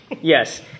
yes